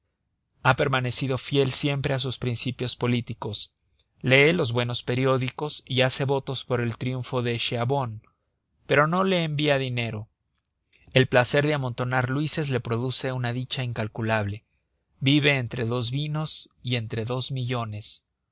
ha permanecido fiel siempre a sus principios políticos lee los buenos periódicos y hace votos por el triunfo de chiavone pero no le envía dinero el placer de amontonar luises le produce una dicha incalculable vive entre dos vinos y entre dos millones